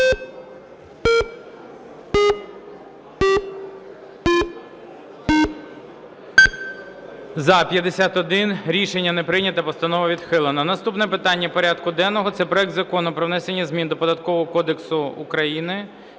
За-51 Рішення не прийнято. Постанова відхилена. Наступне питання порядку денного - це проект Закону про внесення змін до